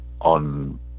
on